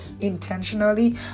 intentionally